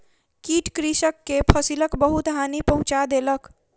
कीट कृषक के फसिलक बहुत हानि पहुँचा देलक